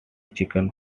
chicken